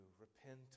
repent